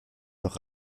noch